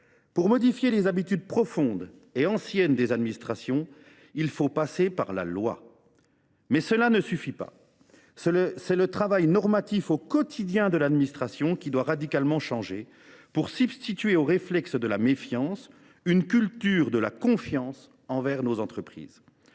Pour modifier les habitudes profondes et anciennes des administrations, il faut passer par la loi, mais cela ne suffit pas. C’est le travail normatif au quotidien de l’administration qui doit radicalement changer, pour substituer aux réflexes de la méfiance une culture de la confiance envers nos entreprises.